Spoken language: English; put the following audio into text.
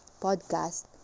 podcast